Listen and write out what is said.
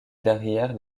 derrière